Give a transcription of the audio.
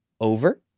over